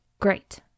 Great